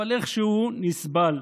אבל איכשהו נסבל.